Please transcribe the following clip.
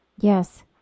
Yes